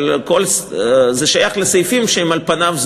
אבל זה שייך לסעיפים שהם על פניו סגורים.